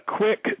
quick